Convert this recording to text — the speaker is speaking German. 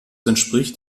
entspricht